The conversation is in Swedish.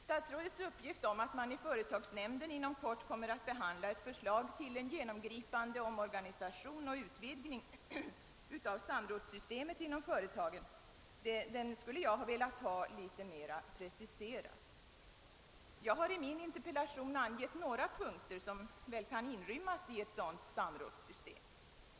Statsrådets uppgift om att man i företagsnämnden inom kort kommer att behandla ett förslag till en genomgri pande omorganisation av samrådssystemet inom företaget skulle jag ha velat ha litet mera preciserad. Jag har i min interpellation angett några punkter som väl kan inrymmas i ett sådant samrådssystem.